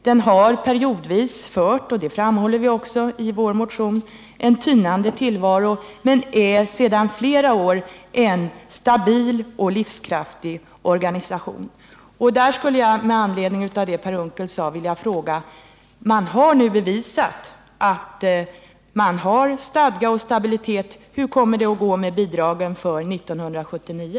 Den har periodvis fört — och detta framhåller vi också i vår motion — en tynande tillvaro, men den är sedan flera år en stabil och livskraftig organisation. Där skulle jag, med anledning av vad Per Unckel sade, vilja påstå att organisationen nu har bevisat att den har stadga och stabilitet. — Hur kommer det att gå med bidragen för 1979?